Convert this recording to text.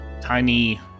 tiny